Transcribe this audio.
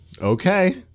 Okay